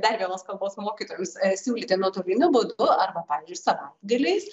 dar vienos kalbos mokytojams siūlyti nuotoliniu būdu arba pavyzdžiui savaitgaliais